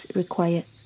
required